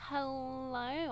Hello